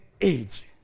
age